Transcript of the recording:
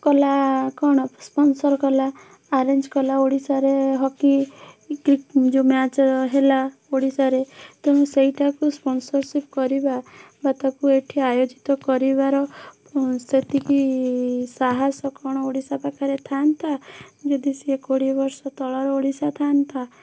କଲା କ'ଣ ସ୍ପନସର୍ କଲା ଆରେଞ୍ଜ୍ କଲା ଓଡ଼ିଶାରେ ହକି କି ଯେଉଁ ମ୍ୟାଚ୍ ହେଲା ଓଡ଼ିଶାରେ କିନ୍ତୁ ସେଇଟାକୁ ସ୍ପନସର୍ସିପ୍ କରିବା ବା ତାକୁ ଏଠି ଆୟୋଜିତ କରିବାର ସେତିକି ସାହସ କ'ଣ ଓଡ଼ିଶା ପାଖରେ ଥାଆନ୍ତା ଯଦି ସିଏ କୋଡ଼ିଏ ବର୍ଷ ତଳର ଓଡ଼ିଶା ଥାଆନ୍ତା